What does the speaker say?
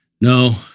No